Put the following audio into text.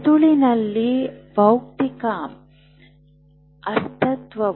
ಮೆದುಳಿನಲ್ಲಿ ಭೌತಿಕ ಅಸ್ತಿತ್ವವು ಸೇರಿದೆ